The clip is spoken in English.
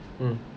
mm